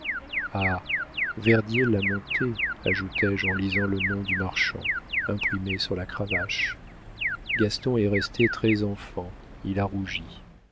verdier l'a montée ajoutai-je en lisant le nom du marchand imprimé sur la cravache gaston est resté très enfant il a rougi